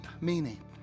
meaning